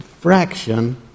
fraction